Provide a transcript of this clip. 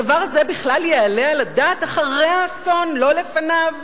הדבר הזה בכלל יעלה על הדעת אחרי האסון, לא לפניו?